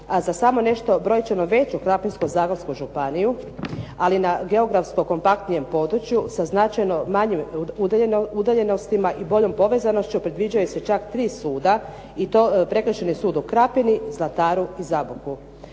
a za samo nešto brojčanu veću Krapinsko-zagorsku županiju, ali na geografsko kompaktnijem području sa značajno manjim udaljenostima i boljom povezanošću predviđaju se čak 3 suda i to Prekršajni sud u Krapini, Zlataru i Zaboku.